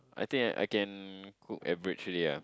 I think I can cook averagely ah